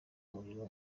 muriro